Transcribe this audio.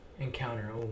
encounter